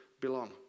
belong